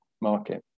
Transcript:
market